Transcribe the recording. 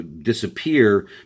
disappear